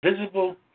Visible